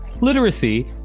Literacy